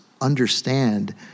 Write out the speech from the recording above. understand